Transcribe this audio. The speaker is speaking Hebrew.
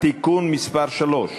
(תיקון מס' 3),